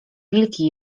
wilki